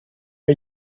are